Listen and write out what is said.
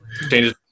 Changes